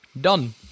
Done